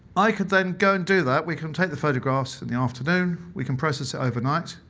i could then go and do that. we can take the photographs in the afternoon, we can process it overnight,